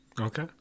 okay